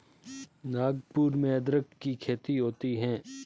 नागपुर में अदरक की खेती होती है